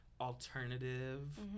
alternative